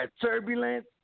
turbulence